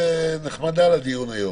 באספקה של מוצרים חיוניים.